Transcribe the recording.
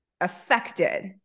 affected